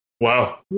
wow